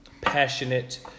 passionate